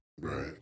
Right